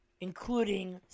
Including